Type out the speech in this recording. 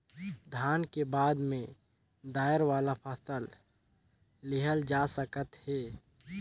धान के बाद में दायर वाला फसल लेहल जा सकत हे